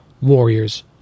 Warriors